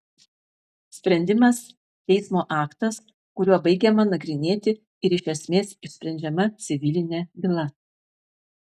sprendimas teismo aktas kuriuo baigiama nagrinėti ir iš esmės išsprendžiama civilinė byla